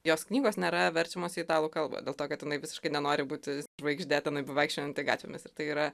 jos knygos nėra verčiamos į italų kalbą dėl to kad jinai visiškai nenori būti žvaigžde tenai bevaikščiojanti gatvėmis ir tai yra